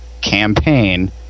campaign